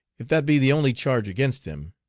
if that be the only charge against him,